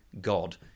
God